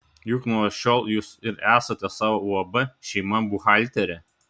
juk nuo šiol jūs ir esate savo uab šeima buhalterė